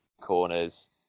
corners